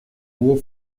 hohe